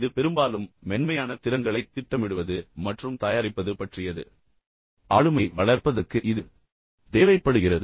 இது பெரும்பாலும் மென்மையான திறன்களைத் திட்டமிடுவது மற்றும் தயாரிப்பது பற்றியது உங்கள் ஆளுமையை வளர்ப்பதற்கு இது தேவைப்படுகிறது